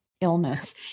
illness